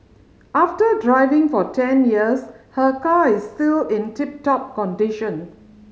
after driving for ten years her car is still in tip top condition